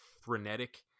frenetic